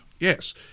Yes